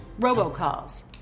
robocalls